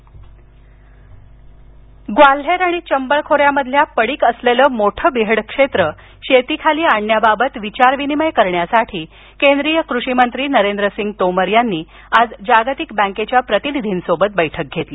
नरेंद्र सिंग तोमर ग्वाल्हेर आणि चंबळ खोऱ्यामधील पडीक असलेलं मोठं बिहड क्षेत्र शेतीखाली आणण्याबाबत विचार विनिमय करण्यासाठी केंद्रीय कृषिमंत्री नरेंद्र सिंग तोमर यांनी आज जागतिक बँकेच्या प्रतिनिधींबरोबर बैठक घेतली